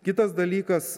kitas dalykas